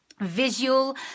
visual